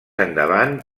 endavant